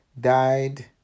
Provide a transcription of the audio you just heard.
died